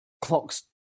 clocks